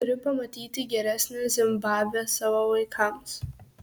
turiu pamatyti geresnę zimbabvę savo vaikams